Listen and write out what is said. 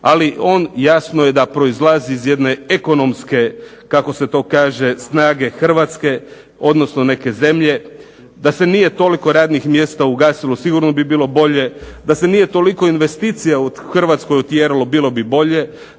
ali on jasno je da proizlazi iz jedne ekonomske snage Hrvatske, odnosno neke zemlje. Da se nije toliko radnih mjesta ugasilo, sigurno bi bilo bolje da se nije toliko investicija u Hrvatskoj otjeralo bilo bi bolje,